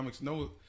No